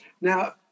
Now